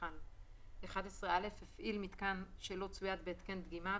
מכל (11א) הפעיל מיתקן שלא צויד בהתקן דגימה,